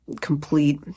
complete